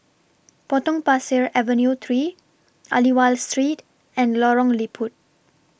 Potong Pasir Avenue three Aliwal Street and Lorong Liput